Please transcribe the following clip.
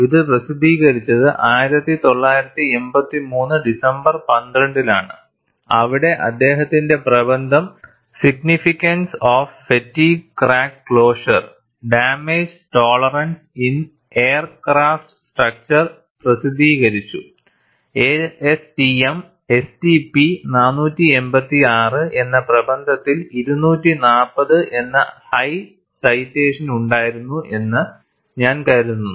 ഇത് പ്രസിദ്ധീകരിച്ചത് 1983 ഡിസംബർ 12 ലാണ് അവിടെ അദ്ദേഹത്തിന്റെ പ്രബന്ധം significance of fatigue crack closure damage tolerance in aircraft structure പ്രസിദ്ധീകരിച്ച ASTM STP 486 എന്ന പ്രബന്ധത്തിൽ 240 എന്ന ഹൈ സൈറ്റേഷൻ ഉണ്ടായിരുന്നു എന്ന് ഞാൻ കരുതുന്നു